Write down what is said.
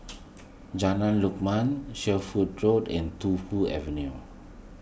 Jalan Lakum Sherwood Road and Tu Fu Avenue